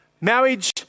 marriage